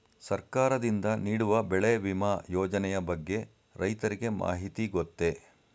ಸರ್ಕಾರದಿಂದ ನೀಡುವ ಬೆಳೆ ವಿಮಾ ಯೋಜನೆಯ ಬಗ್ಗೆ ರೈತರಿಗೆ ಮಾಹಿತಿ ಗೊತ್ತೇ?